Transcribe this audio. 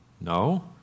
No